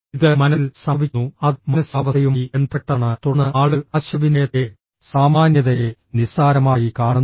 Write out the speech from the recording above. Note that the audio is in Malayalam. ഇത് മനസ്സിൽ സംഭവിക്കുന്നു അത് മാനസികാവസ്ഥയുമായി ബന്ധപ്പെട്ടതാണ് തുടർന്ന് ആളുകൾ ആശയവിനിമയത്തിലെ സാമാന്യതയെ നിസ്സാരമായി കാണുന്നു